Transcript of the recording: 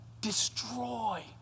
destroy